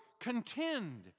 contend